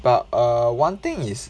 but uh one thing is